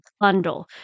bundle